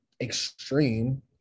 extreme